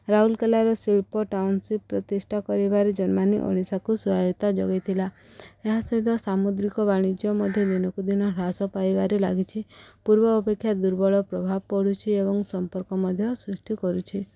ରାଉରକେଲାର ଶିଳ୍ପ ଟାଉନସିପ୍ ପ୍ରତିଷ୍ଠା କରିବାରେ ଜର୍ମାନୀ ଓଡ଼ିଶାକୁ ସହାୟତା ଯୋଗେଇଥିଲା ଏହା ସହିତ ସାମୁଦ୍ରିକ ବାଣିଜ୍ୟ ମଧ୍ୟ ଦିନକୁ ଦିନ ହ୍ରାସ ପାଇବାରେ ଲାଗିଛି ପୂର୍ବ ଅପେକ୍ଷା ଦୁର୍ବଳ ପ୍ରଭାବ ପଡ଼ୁଛି ଏବଂ ସମ୍ପର୍କ ମଧ୍ୟ ସୃଷ୍ଟି କରୁଛି